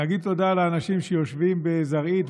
להגיד תודה לאנשים שיושבים בזרעית,